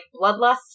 bloodlust